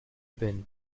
been